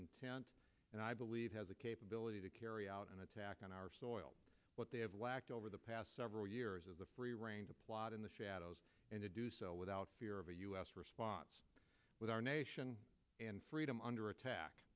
intent and i believe has the capability to carry out an attack on our soil what they have lacked over the past several years is a free reign to plot in the shadows and to do so without fear of a u s response with our nation and freedom under attack